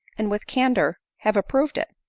and with candor have approved it.